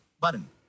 Button